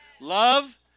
Love